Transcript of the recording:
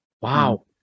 wow